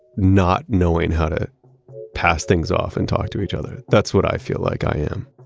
not knowing how to pass things off and talk to each other. that's what i feel like i am.